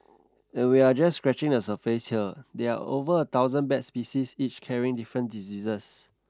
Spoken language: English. and we're just scratching the surface here there are over a thousand bat species each carrying different diseases